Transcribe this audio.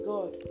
God